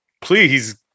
please